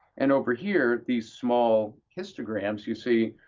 and over here, these small histograms you see,